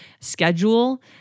schedule